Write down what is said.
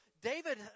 david